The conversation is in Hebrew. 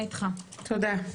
תודה.